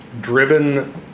driven